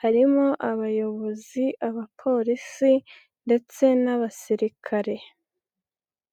harimo abayobozi, abapolisi ndetse n'abasirikare.